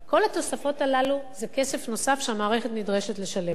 כל התוספות הללו זה כסף נוסף שהמערכת נדרשת לשלם לו.